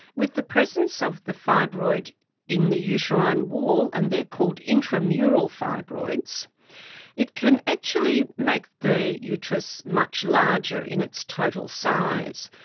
with the presence of the fibroid in the uterine wall and they're called intramural fibroids it can actually make the uterus much larger in its total size.